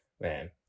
man